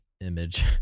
image